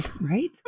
Right